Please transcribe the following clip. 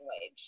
wage